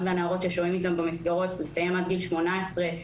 והנערות ששוהים איתם במסגרות עד גיל 18,